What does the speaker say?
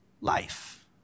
life